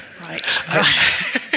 Right